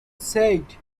said